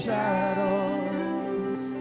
Shadows